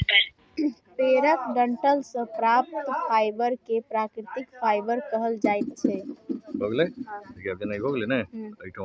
पेड़क डंठल सं प्राप्त फाइबर कें प्राकृतिक फाइबर कहल जाइ छै